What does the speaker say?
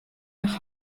nach